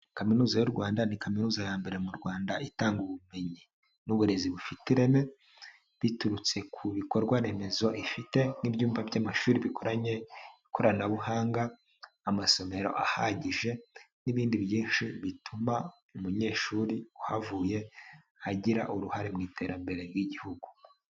Kaminuza y'u Rwanda ni kaminuza ya mbere mu Rwanda itanga ubumenyi n'uburezi bufite ireme, biturutse ku bikorwa remezo ifite nk'ibyuyumba by'amashuri bikoranye ikoranabuhanga, amasomero ahagije n'ibindi byinshi bituma umunyeshuri uhavuye agira uruhare mu iterambere ry'igihugu.